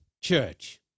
church